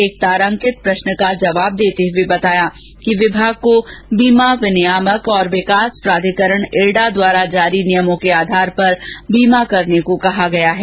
एक तारांकित प्रश्न का जवाब देते हुए श्रीमती भूपेश बताया कि विभाग को बीमा विनियामक और विकास प्राधिकरण इरडा द्वारा जारी नियमों के आधार पर बीमा करने के लिए कहा गया है